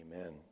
Amen